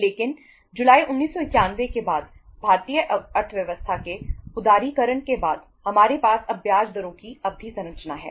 लेकिन जुलाई 1991 के बाद भारतीय अर्थव्यवस्था के उदारीकरण के बाद हमारे पास अब ब्याज दरों की अवधि संरचना है